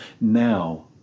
Now